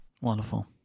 Wonderful